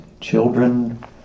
children